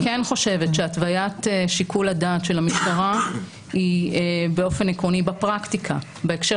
אני כן חושבת שהתוויית שיקול הדעת של המשטרה היא באופן עקרוני בפרקטיקה.